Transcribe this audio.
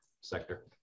sector